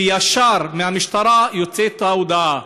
שישר מהמשטרה יוצאת ההודעה: